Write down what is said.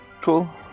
cool